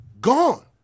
Gone